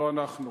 לא אנחנו,